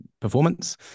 performance